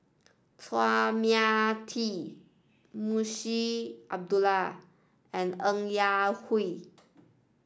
Chua Mia Tee Munshi Abdullah and Ng Yak Whee